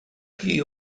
chi